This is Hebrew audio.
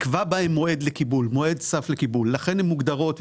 נקבע בהן מועד סף לקיבול לכן הן מוגדרות,